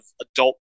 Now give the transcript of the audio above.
adult